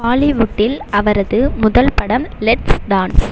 பாலிவுட்டில் அவரது முதல் படம் லெட்ஸ் டான்ஸ்